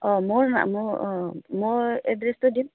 অঁ মোৰ নাম মোৰ অঁ মই এড্ৰেছটো দিম